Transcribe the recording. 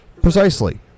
Precisely